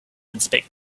inspect